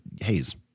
haze